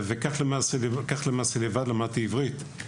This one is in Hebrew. כך למדתי עברית.